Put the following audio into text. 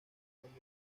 cuando